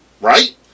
right